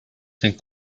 think